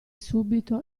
subito